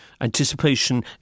anticipation